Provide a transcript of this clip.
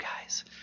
guys